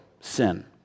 sin